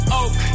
oak